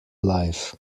life